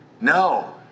No